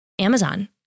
Amazon